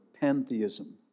pantheism